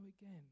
again